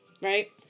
Right